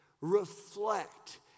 reflect